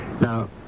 Now